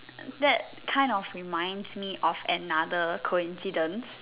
that kind of reminds me of another coincidence